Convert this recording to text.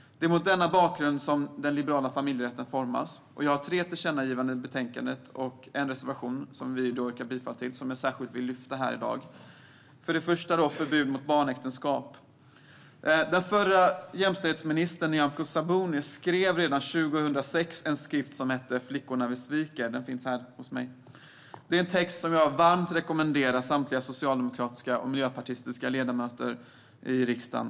Det är mot denna bakgrund som den liberala familjerätten formas. I betänkandet finns tre tillkännagivanden och en reservation som vi yrkar bifall till, och jag vill särskilt lyfta fram dessa saker här. För det första vill jag säga något om förbud mot barnäktenskap. Den förra jämställdhetsministern Nyamko Sabuni skrev redan 2006 Flickorna vi sviker , som jag har med mig här i dag. Det är en text som jag varmt rekommenderar till samtliga socialdemokratiska och miljöpartistiska ledamöter i riksdagen.